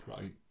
right